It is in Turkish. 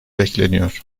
bekleniyor